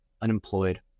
unemployed